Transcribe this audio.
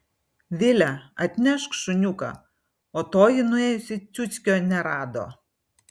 vile atnešk šuniuką o toji nuėjusi ciuckio nerado